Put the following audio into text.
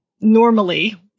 normally